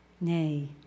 Nay